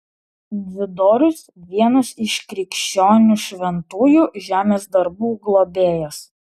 dzidorius vienas iš krikščionių šventųjų žemės darbų globėjas